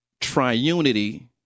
triunity